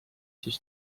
siis